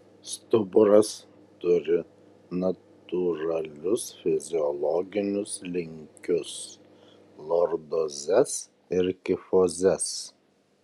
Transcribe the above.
stuburas turi natūralius fiziologinius linkius lordozes ir kifozes